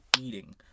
eating